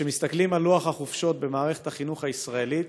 כשמסתכלים על לוח החופשות במערכת החינוך הישראלית,